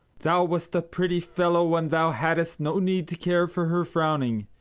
thou wast a pretty fellow when thou hadst no need to care for her frowning.